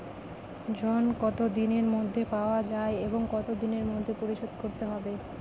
ঋণ কতদিনের মধ্যে পাওয়া যাবে এবং কত দিনের মধ্যে পরিশোধ করতে হবে?